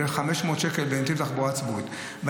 על נתיב תחבורה ציבורית זה 500 שקל.